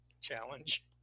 challenge